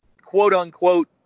quote-unquote